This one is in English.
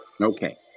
Okay